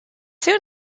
soon